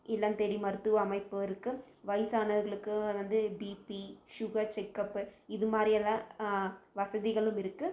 இல்லம் தேடி மருத்துவ அமைப்பு இருக்கு வயசானவர்களுக்கு வந்து பிபி ஷுகர் செக்அப்பு இது மாதிரியெல்லாம் வசதிகளும் இருக்கு